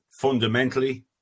fundamentally